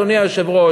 אדוני היושב-ראש,